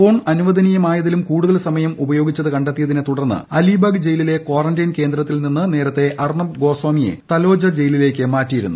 phone അനുവദനീയമായതിലും കൂടുതൽ സമയം ഉപയോഗിച്ചത് കണ്ടെത്തിയതിനെ തുടർന്ന് അലിബാഗ് ജയിലിലെ കാറന്റൈയിൻ കേന്ദ്രത്തിൽ നിന്ന് നേരത്തെ അർണബ് ഗോസ്വാമിയെ തലോജ ജയിലിലേക്ക് മാറ്റിയിരുന്നു